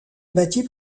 bâtie